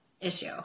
issue